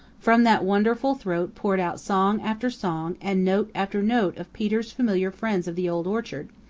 from that wonderful throat poured out song after song and note after note of peter's familiar friends of the old orchard,